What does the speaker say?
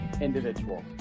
individual